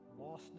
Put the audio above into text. lostness